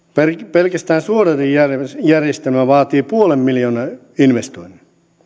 pelkästään suodatinjärjestelmä vaatii puolen miljoonan investoinnin